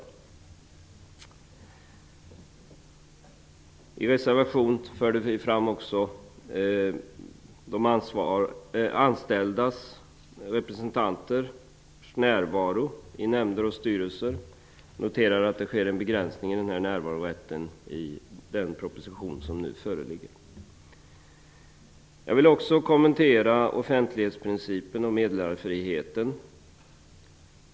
Vi tog i en reservation också upp de anställdas representanters närvaro i nämnder och styrelser. Vi noterar att förslagen i den proposition som nu föreligger medför en begränsning i denna närvarorätt. Jag vill också kommentera offentlighetsprincipen och meddelarfriheten.